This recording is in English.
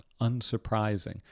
unsurprising